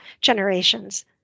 generations